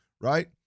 right